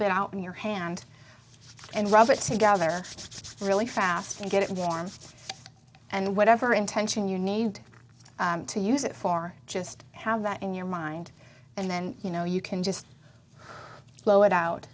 bit out of your hand and rub it together really fast and get it warm and whatever intention you need to use it for just have that in your mind and then you know you can just blow it out